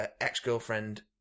ex-girlfriend